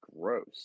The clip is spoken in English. Gross